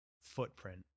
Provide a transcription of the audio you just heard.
footprint